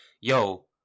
yo